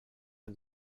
ein